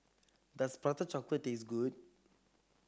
does Prata Chocolate taste good